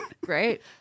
Great